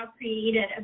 created